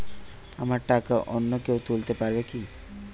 আমার টাকা অন্য কেউ তুলতে পারবে কি?